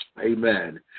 Amen